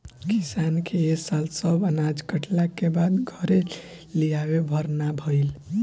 किसान के ए साल सब अनाज कटला के बाद घरे लियावे भर ना भईल